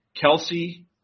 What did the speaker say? Kelsey